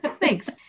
Thanks